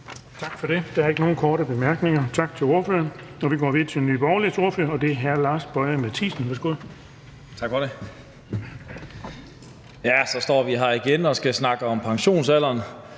Tak for det. Der er ikke nogen korte bemærkninger. Tak til ordføreren. Vi går videre til Nye Borgerliges ordfører, og det er hr. Lars Boje Mathiesen. Værsgo. Kl. 17:14 (Ordfører) Lars Boje Mathiesen (NB): Så står vi her igen og skal snakke om pensionsalderen,